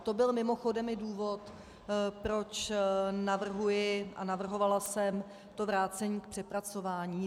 To byl mimochodem i důvod, proč navrhuji a navrhovala jsem to vrácení k přepracování.